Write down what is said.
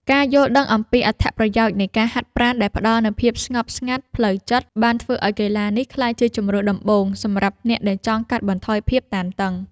ការយល់ដឹងអំពីអត្ថប្រយោជន៍នៃការហាត់ប្រាណដែលផ្ដល់នូវភាពស្ងប់ស្ងាត់ផ្លូវចិត្ត បានធ្វើឱ្យកីឡានេះក្លាយជាជម្រើសដំបូងសម្រាប់អ្នកដែលចង់កាត់បន្ថយភាពតានតឹង។